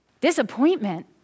Disappointment